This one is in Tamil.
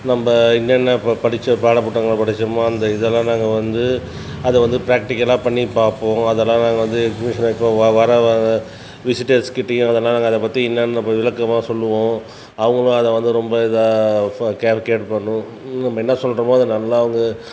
நம்ம என்னென்ன படித்த பாட புத்தகம் படித்தோமோ அந்த இதெலாம் நாங்கள் வந்து அதை வந்து பிராக்ட்டிக்களாக பண்ணி பார்ப்போம் அதெலாம் நாங்கள் வந்து எக்ஸிபிஷனில் வைக்குவோம் வர விசிட்டர்ஸ் கிட்டேயும் அதெலாம் நாங்கள் அதை பற்றி என்னெனா பகுதி விளக்கமாக சொல்வோம் அவங்களாம் அதை வந்து ரொம்ப இதாக கேர்கெட் பண்ணி நம்ம என்ன சொல்கிறோமோ அது நல்லா அவங்க